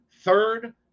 third